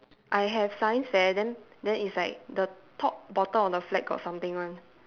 I have science fair then then it's like the top bottom of the flag got something [one]